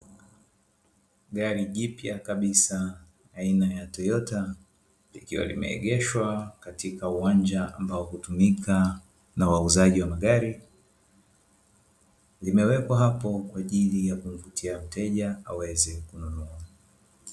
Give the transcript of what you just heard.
Gari jipya kabisa aina ya Toyota, likiwa limeegeshwa katika uwanja ambao hutumika na wauzaji wa magari limewekwa hapo kwa ajili ya kumvutia mteja aweze kununua.